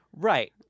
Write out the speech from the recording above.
Right